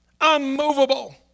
unmovable